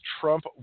Trump